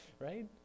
right